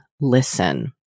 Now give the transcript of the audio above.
Listen